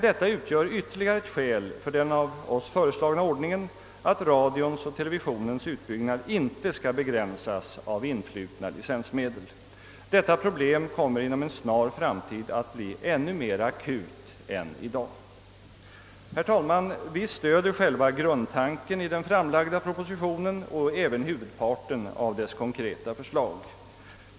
Detta utgör ytterligare ett skäl för den av oss föreslagna ordningen att radions och televisionens utbyggnad inte skall begränsas av influtna licensmedel. Detta problem kommer inom en snar framtid att bli ännu mera akut än i dag. Herr talman! Vi stöder själva grundtanken i den framlagda propositionen och även huvudparten av dess konkreta förslag.